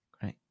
great